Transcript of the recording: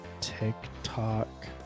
TikTok